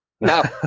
No